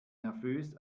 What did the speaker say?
nervös